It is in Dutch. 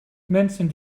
mensen